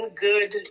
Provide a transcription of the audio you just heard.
Good